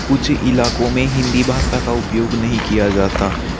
कुछ इलाक़ों में हिंदी भाषा का उपयोग नहीं किया जाता